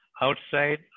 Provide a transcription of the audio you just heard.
Outside